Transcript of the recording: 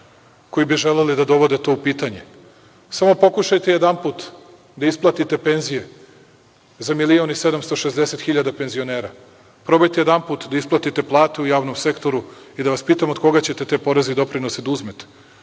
koji bi želeli da dovode to u pitanje. Samo pokušajte jedanput da isplatite penzije za milion i 760 hiljada penzionera, probajte jedanput da isplatite platu u javnom sektoru i da vas pitam - od koga ćete te poreze i doprinose da uzmete,